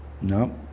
no